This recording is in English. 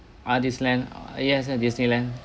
ah disneyland yes yes disneyland